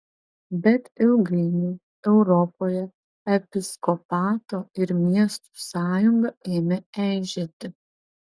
bet ilgainiui europoje episkopato ir miestų sąjunga ėmė eižėti